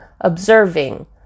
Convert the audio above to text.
observing